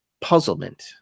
puzzlement